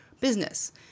business